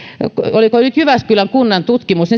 oliko nyt jyväskylän kunnan tutkimus